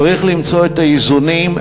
צריך למצוא את האיזונים,